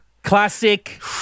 Classic